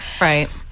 Right